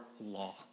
law